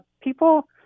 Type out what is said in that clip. People